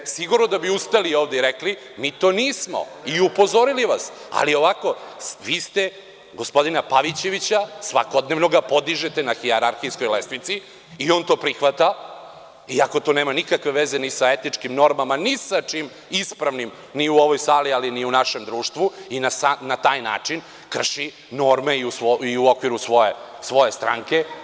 Sigurno da bi ustali ovde i rekli - mi to nismo i upozorili vas, ali ovako, vi gospodina Pavićevića svakodnevno podižete na hijerarhijskoj lestvici i on to prihvata, iako to nema nikakve veze ni sa etičkim normama, ni sa čim ispravnim ni u ovoj sali, ali ni u našem društvu i na taj način krši norme i u okviru svoje stranke…